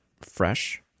fresh